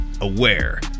aware